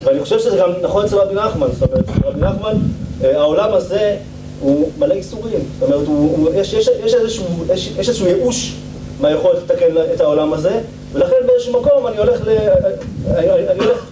ואני חושב שזה גם נכון אצל רבי נחמן, זאת אומרת, אצל רבי נחמן, העולם הזה הוא מלא ייסורים, זאת אומרת, יש איזשהו ייאוש מהיכולת לתקן את העולם הזה, ולכן באיזשהו מקום אני הולך ל...